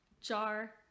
jar